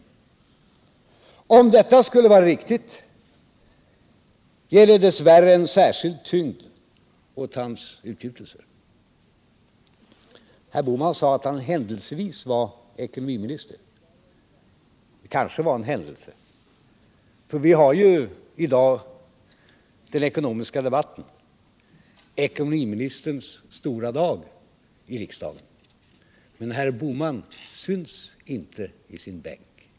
Om detta skulle vara riktigt, ger det dess värre en särskild tyngd åt hans utgjutelser. Herr Bohman sade att han händelsevis var ekonomiminister. Det kanske var en händelse. Vi har ju i dag den ekonomiska debatten, ekonomiministerns stora dag i riksdagen. Men herr Bohman syns inte i sin bänk.